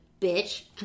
bitch